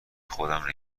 خودم